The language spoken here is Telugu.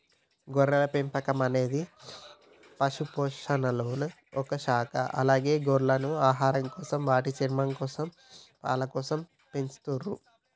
గొర్రెల పెంపకం అనేటిది పశుపోషణలొ ఒక శాఖ అలాగే గొర్రెలను ఆహారంకోసం, వాటి చర్మంకోసం, పాలకోసం పెంచతుర్రు